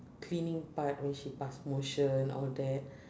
cleaning part when she pass motion all that